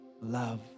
love